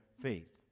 faith